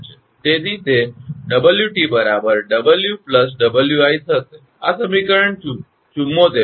તેથી તે 𝑊𝑇 𝑊 𝑊𝑖 થશે આ સમીકરણ 74 છે